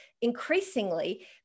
increasingly